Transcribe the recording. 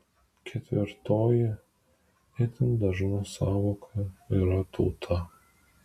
ketvirtoji itin dažna sąvoka yra tauta